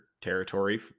territory